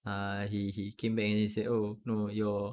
ah he he came back and then he said oh no your